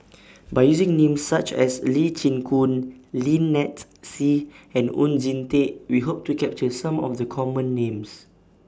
By using Names such as Lee Chin Koon Lynnette Seah and Oon Jin Teik We Hope to capture Some of The Common Names